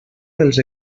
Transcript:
dels